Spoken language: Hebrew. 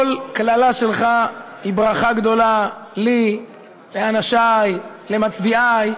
כל קללה שלך היא ברכה גדולה לי, לאנשיי, למצביעיי.